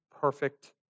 perfect